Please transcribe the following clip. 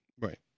Right